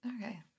Okay